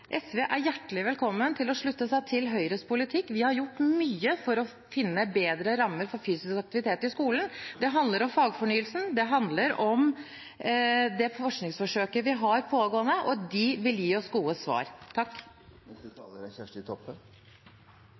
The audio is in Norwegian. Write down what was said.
SV er hjertelig velkommen til å slutte seg til Høyres politikk. Vi har gjort mye for å finne bedre rammer for fysisk aktivitet i skolen. Det handler om fagfornyelse, det handler om det pågående forskningsforsøket, og det vil gi oss gode svar. Mange seier at dette ikkje handlar om ein er